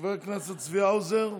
חבר הכנסת צבי האוזר.